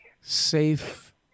safe